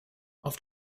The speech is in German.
auf